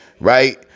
right